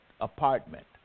apartment